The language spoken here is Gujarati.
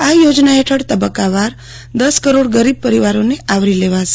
આ યોજના હેઠળ તબક્કાવાર દસ કરોડ ગરીબ પરિવારોને આવરી લેવાશે